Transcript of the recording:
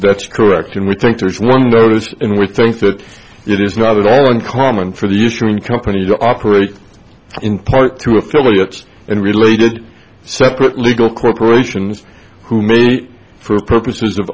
that's correct and we think there is one of those in with things that it is not at all uncommon for the issue in company to operate in part to affiliates and related separate legal corporations who may be for purposes of